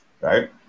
right